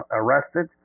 arrested